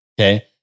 Okay